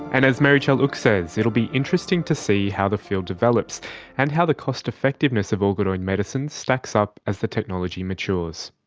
and as meritxell huch says, it will be interesting to see how the field develops and how the cost effectiveness of organoid medicine stacks up as the technology matures.